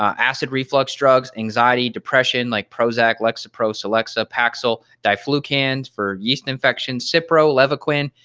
acid reflux drugs, anxiety, depression, like prozac, lexapro, celexa paxil, diflucans for yeast infection, so cipro, levaquin,